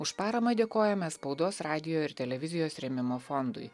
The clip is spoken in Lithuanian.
už paramą dėkojame spaudos radijo ir televizijos rėmimo fondui